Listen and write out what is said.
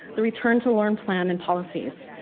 the return to learn plan, and policies.